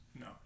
No